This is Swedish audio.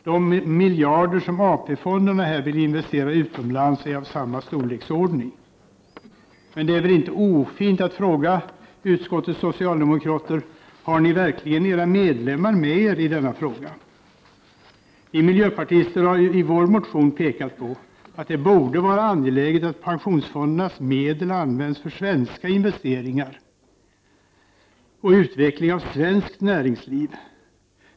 De miljarder som AP-fonderna nu vill investera utomlands är i samma storleksordning. Det är väl inte ofint att fråga utskottets socialdemokrater: Har ni verkligen era medlemmar med er i denna fråga? Vi miljöpartister har i vår motion pekat på att det borde vara angeläget att pensionsfondernas medel används för investeringar i Sverige och för utveckling av svenskt näringsliv.